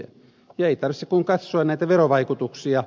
ei tarvitse kuin katsoa näitä verovaikutuksia